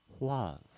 love